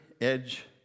edge